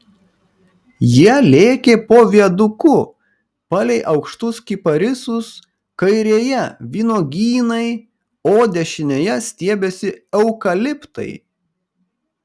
jie lėkė po viaduku palei aukštus kiparisus kairėje vynuogynai o dešinėje stiebėsi eukaliptai